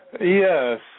Yes